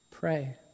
Pray